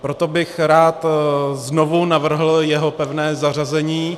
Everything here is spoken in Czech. Proto bych rád znovu navrhl jeho pevné zařazení.